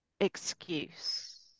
excuse